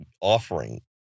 offering